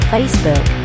Facebook